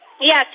Yes